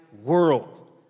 world